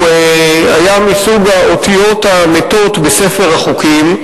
הוא היה מסוג האותיות המתות בספר החוקים,